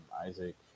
Isaac